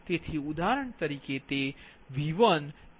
તેથી ઉદાહરણ તરીકે તે V1 તે 14